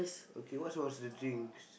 okay what was the drinks